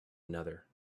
another